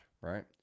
right